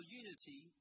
unity